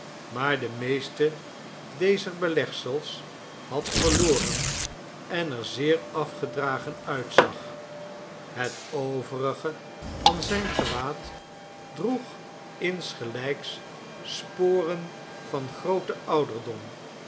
maar de meeste dezer belegsels had verloren en er zeer afgedragen uitzag het overige van zijn gewaad droeg insgelijks sporen van grooten ouderdom